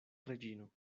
reĝino